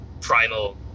primal